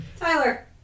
Tyler